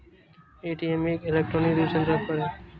ATM एक electronic दूरसंचार उपकरण है